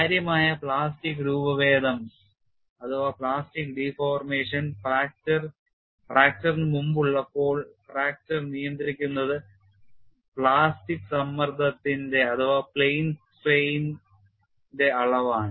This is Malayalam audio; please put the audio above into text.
കാര്യമായ പ്ലാസ്റ്റിക് രൂപഭേദം ഫ്രാക്ചർ ഇന് മുമ്പുള്ളപ്പോൾ ഫ്രാക്ചർ നിയന്ത്രിക്കുന്നത് പ്ലാസ്റ്റിക് സമ്മർദ്ദത്തിന്റെ അളവാണ്